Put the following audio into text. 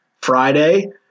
Friday